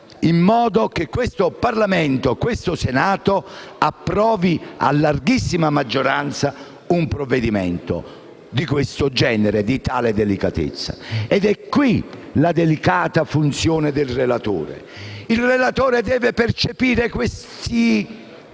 in modo che questo Parlamento, questo Senato, approvi a larghissima maggioranza un provvedimento di tale delicatezza. Ed è qui la delicata funzione del relatore. Il relatore deve percepire questi